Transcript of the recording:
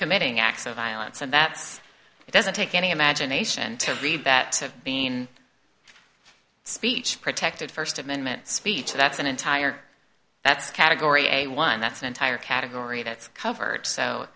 committing acts of violence and that's it doesn't take any imagination to read that of being speech protected st amendment speech that's an entire that's category a one that's an entire category that's covered so